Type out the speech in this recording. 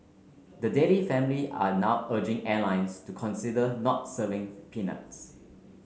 the Daley family are now urging airlines to consider not serving peanuts